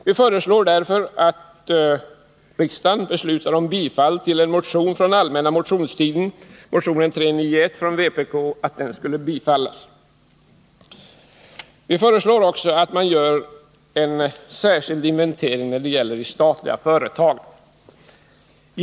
Vi föreslår därför att riksdagen beslutar om bifall till en motion väckt under allmänna motionstiden, motion 391 från vpk. Vi föreslår också att man gör en särskild inventering när det gäller statliga företag.